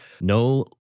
no